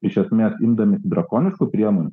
iš esmės imdamiesi drakoniškų priemonių